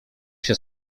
się